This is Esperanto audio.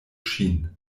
ŝin